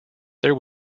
there